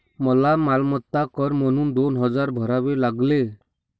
मला मालमत्ता कर म्हणून दोन हजार भरावे लागले